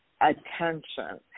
attention